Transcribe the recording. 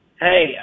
Hey